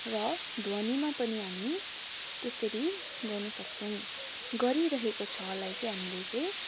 र ध्वनिमा पनि हामी त्यसरी गर्नु सक्छौँ गरिरहेको छ लाई चाहिँ हामीले चाहिँ